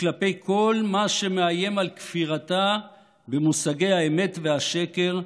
וכלפי כל מה שמאיים על כפירתה במושגי האמת והשקר,